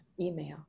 email